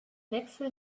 wechsel